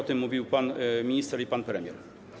O tym mówił pan minister i pan premier.